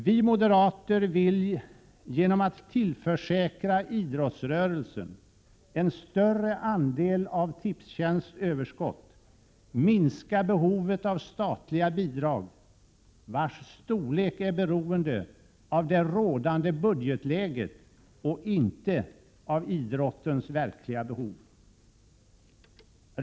Vi moderater vill genom att tillförsäkra idrottsrörelsen en större andel av Tipstjänsts överskott minska behovet av statliga bidrag, vilkas storlek är beroende av det rådande budgetläget och inte av idrottens verkliga behov.